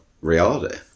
reality